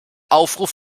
aufruf